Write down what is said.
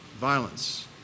violence